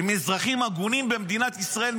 עם אזרחים הגונים במדינת ישראל,